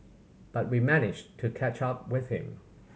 but we managed to catch up with him